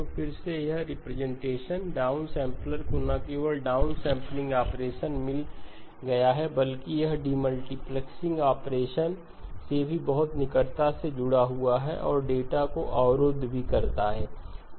तो फिर से यह रिप्रेजेंटेशन डाउन सैंपलर को न केवल डाउन सैंपलिंग ऑपरेशन मिल गया है बल्कि यह डिमल्टीप्लेक्सिंग ऑपरेशन से भी बहुत निकटता से जुड़ा हुआ है और डेटा को अवरुद्ध भी करता है